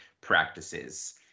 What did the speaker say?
practices